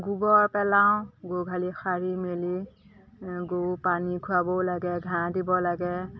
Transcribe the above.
গোবৰ পেলাওঁ গোহালি সাৰি মেলি গৰু পানী খুৱাবও লাগে ঘাঁহ দিব লাগে